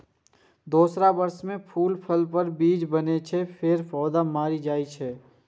दोसर वर्ष मे फूल, फल आ बीज बनै छै, फेर पौधा मरि जाइ छै